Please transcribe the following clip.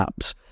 apps